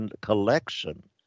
collection